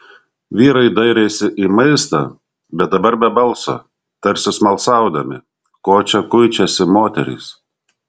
vyrai dairėsi į maistą bet dabar be balso tarsi smalsaudami ko čia kuičiasi moterys